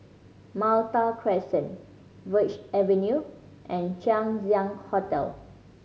Malta Crescent Verde Avenue and Chang Ziang Hotel